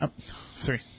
Three